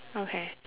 okay